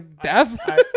death